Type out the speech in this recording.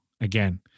again